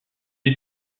des